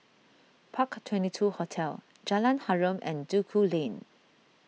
Park Twenty two Hotel Jalan Harum and Duku Lane